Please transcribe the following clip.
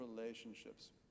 relationships